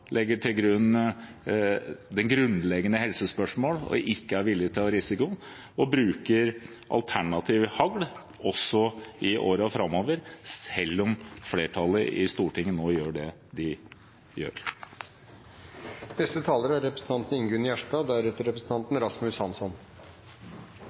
legger til grunn grunnleggende helsespørsmål, ikke er villig til å ta risiko, og bruker alternativ hagl også i årene framover, selv om flertallet i Stortinget nå gjør det de gjør. Eg kan forsikra representanten